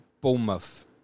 Bournemouth